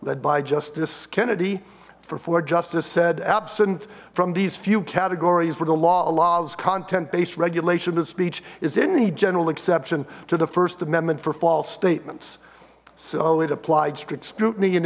led by justice kennedy before justice said absent from these few categories for the law allows content based regulation of speech is any general exception to the first amendment for false statements so it applied strict scrutiny and